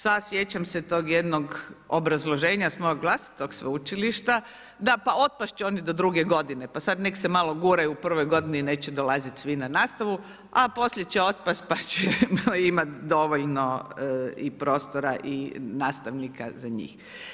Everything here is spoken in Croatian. Sjećam se tog jednog obrazloženja s mog vlastitog sveučilišta, da pa otpast će oni do druge godine, pa sada neka se malo guraju u prvoj godini, neće dolaziti svi na nastavu, a poslije će otpast pa ćemo imati dovoljno prostora i nastavnika za njih.